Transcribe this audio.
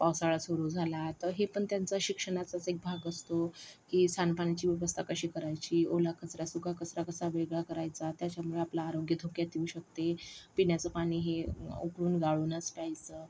पावसाळा सुरू झाला तर हे पण त्यांचा शिक्षणाचाच एक भाग असतो की सांडपाण्याची व्यवस्था कशी करायची ओला कचरा सुका कचरा कसा वेगळा करायचा त्याच्यामुळे आपलं आरोग्य धोक्यात येऊ शकते पिण्याचं पाणी हे उकळून गाळूनच प्यायचं